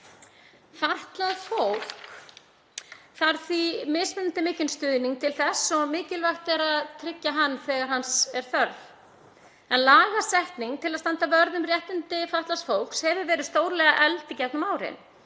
Fatlað fólk þarf mismunandi mikinn stuðning til þess og mikilvægt er að tryggja hann þegar hans er þörf. Lagasetning til að standa vörð um réttindi fatlaðs fólks hefur verið stórlega efld í gegnum árin,